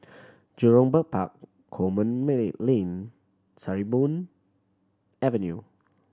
Jurong Bird Park Coleman May Lane Sarimbun Avenue